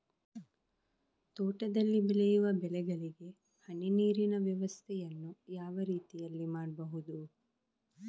ತೋಟದಲ್ಲಿ ಬೆಳೆಯುವ ಬೆಳೆಗಳಿಗೆ ಹನಿ ನೀರಿನ ವ್ಯವಸ್ಥೆಯನ್ನು ಯಾವ ರೀತಿಯಲ್ಲಿ ಮಾಡ್ಬಹುದು?